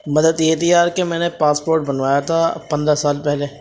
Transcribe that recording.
مدد یہ تھی یار کہ میں نے پاسپوٹ بنوایا تھا پندرہ سال پہلے